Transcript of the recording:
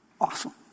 awesome